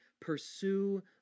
pursue